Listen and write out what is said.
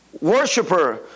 worshiper